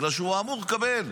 בגלל שהוא אמור לקבל,